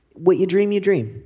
what you dream you dream